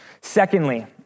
Secondly